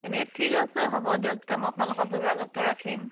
এনেই ঠিক আছে হ'ব দিয়ক তেতিয়া মই আপোনাৰ লগত যোগাযোগটো ৰাখিম